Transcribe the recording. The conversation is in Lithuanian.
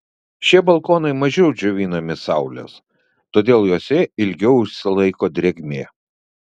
šie balkonai mažiau džiovinami saulės todėl juose ilgiau užsilaiko drėgmė